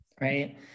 right